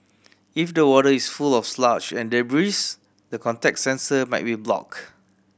if the water is full of sludge and debris the contact sensor might be blocked